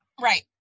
Right